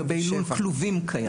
לגבי לול כלובים קיים.